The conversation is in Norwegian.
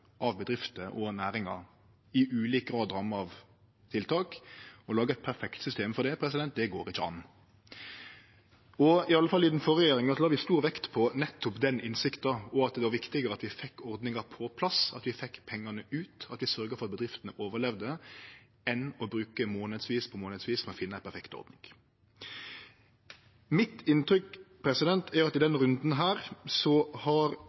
av bedrifter og næringar, i ulik grad ramma av tiltak, går ikkje an. I den førre regjeringa la vi i alle fall stor vekt på nettopp den innsikta og at det var viktigare at vi fekk ordningar på plass, at vi fekk pengane ut, og at vi sørgde for at bedriftene overlevde, enn å bruke månadsvis på månadsvis på å finne ei perfekt ordning. Mitt inntrykk er at i denne runden har